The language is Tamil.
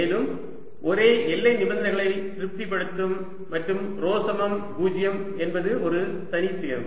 மேலும் ஒரே எல்லை நிபந்தனைகளை திருப்திப்படுத்தும் மற்றும் ρ சமம் 0 என்பது ஒரு தனி நேர்வு